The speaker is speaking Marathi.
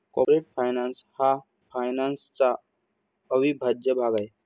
कॉर्पोरेट फायनान्स हा फायनान्सचा अविभाज्य भाग आहे